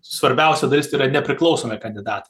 svarbiausia dalis tai yra nepriklausomi kandidatai